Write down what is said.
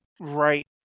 right